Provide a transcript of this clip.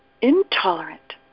intolerant